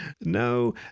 No